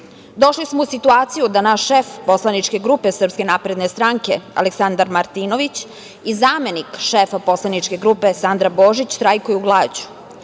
Došli smo u situaciju da naš šef poslaničke grupe SNS, Aleksandar Martinović i zamenik šefa poslaničke grupe Sandra Božić štrajkuju glađu